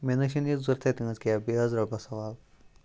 مےٚ نہٕ حظ چھنہٕ یہِ ضورتھٕے تُہنٛز کیٚب بیٚہ حظ رۄبَس حوالہٕ